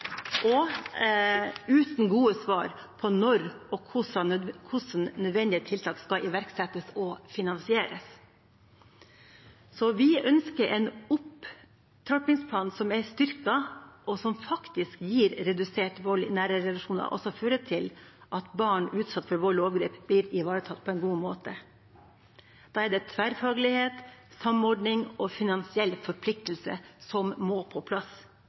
og uten gode svar på når og hvordan nødvendige tiltak skal iverksettes og finansieres. Så vi ønsker en opptrappingsplan som er styrket, og som faktisk gir redusert vold i nære relasjoner, og som fører til at barn som er utsatt for vold og overgrep, blir ivaretatt på en god måte. Da er det tverrfaglighet, samordning og finansiell forpliktelse som må på plass.